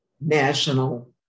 national